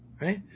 right